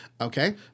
Okay